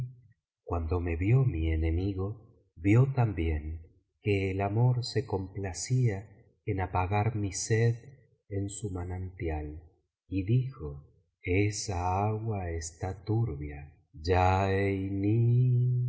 cuando me vio mi enemigo vio también que el amor se complacía en apagar mi sed en su manantial y dijo esa agua está turbia ya einll si mi